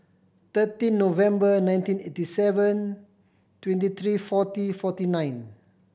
thirteen November nineteen eighty seven twenty three forty forty nine